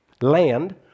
land